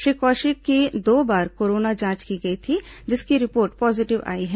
श्री कौशिक की दो बार कोरोना जांच की गई थी जिसकी रिपोर्ट पॉजिटिव आई है